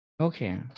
Okay